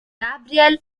gabriel